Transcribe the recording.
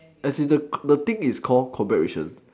as in the c~ the thing is call combat ration